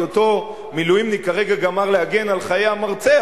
כי אותו מילואימניק כרגע גמר להגן על חיי המרצה,